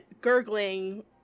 gurgling